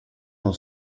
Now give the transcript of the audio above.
non